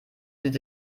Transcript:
sieht